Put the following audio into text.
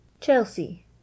Chelsea